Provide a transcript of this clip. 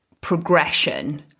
progression